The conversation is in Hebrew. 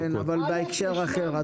אבל בהקשר אחר.